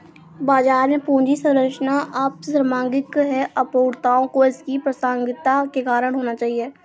बाजार में पूंजी संरचना अप्रासंगिक है, अपूर्णताओं को इसकी प्रासंगिकता का कारण होना चाहिए